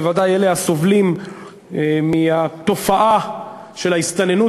בוודאי אלה הסובלים מהתופעה של ההסתננות